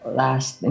last